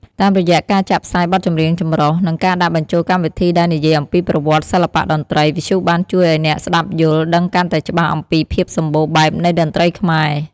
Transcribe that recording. តាមរយៈការចាក់ផ្សាយបទចម្រៀងចម្រុះ និងការដាក់បញ្ចូលកម្មវិធីដែលនិយាយអំពីប្រវត្តិសិល្បៈតន្ត្រី វិទ្យុបានជួយឲ្យអ្នកស្តាប់យល់ដឹងកាន់តែច្បាស់អំពីភាពសម្បូរបែបនៃតន្ត្រីខ្មែរ។